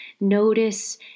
notice